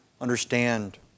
understand